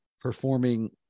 performing